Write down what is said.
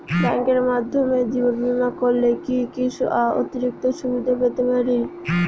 ব্যাংকের মাধ্যমে জীবন বীমা করলে কি কি অতিরিক্ত সুবিধে পেতে পারি?